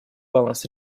баланс